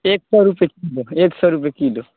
एक सए रुपए किलो एक सए रुपए किलो